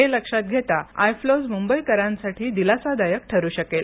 हे लक्षात घेता आयफ्लोज मुंबईकरांसाठी दिलासादायक ठरू शकेल